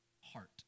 heart